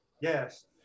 yes